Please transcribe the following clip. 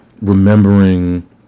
remembering